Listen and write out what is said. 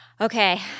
Okay